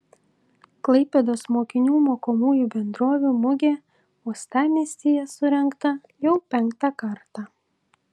klaipėdos mokinių mokomųjų bendrovių mugė uostamiestyje surengta jau penktą kartą